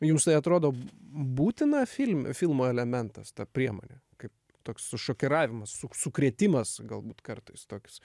jums neatrodo būtina filme filmo elementas ta priemonė kaip toks sušokiravimas su sukrėtimas galbūt kartais toks